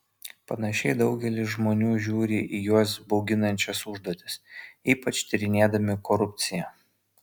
panašiai daugelis žmonių žiūri į juos bauginančias užduotis ypač tyrinėdami korupciją